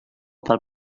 pel